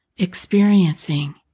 experiencing